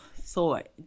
thought